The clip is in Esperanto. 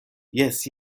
jes